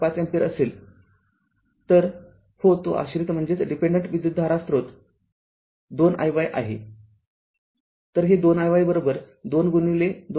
५ ampere असेल तर हो तो आश्रित विद्युतधारा स्रोत २ iy आहे तर हे २iy २ गुणिले २